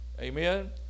amen